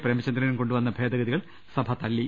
പ്രേമചന്ദ്രനും കൊണ്ടുവന്ന ഭേദഗതികൾ സഭ തള്ളി